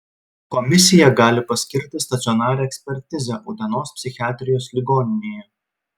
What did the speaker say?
komisija gali paskirti stacionarią ekspertizę utenos psichiatrijos ligoninėje